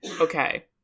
Okay